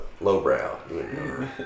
lowbrow